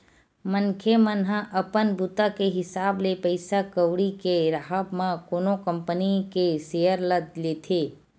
मनखे मन ह अपन बूता के हिसाब ले पइसा कउड़ी के राहब म कोनो कंपनी के सेयर ल लेथे